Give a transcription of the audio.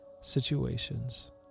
situations